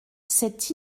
c’est